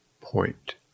point